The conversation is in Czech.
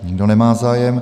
Nikdo nemá zájem.